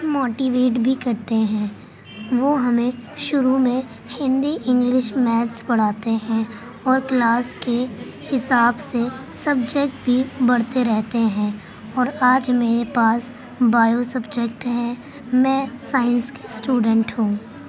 motivate بھی کرتے ہیں وہ ہمیں شروع میں ہندی انگلش میتھس پڑھاتے ہیں اور کلاس کے حساب سے سبجیکٹ بھی بڑھتے رہتے ہیں اور آج میرے پاس بائیو سبجیکٹ ہے میں سائنس کی اسٹوڈنٹ ہوں